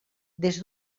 des